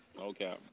Okay